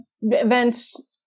events